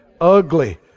Ugly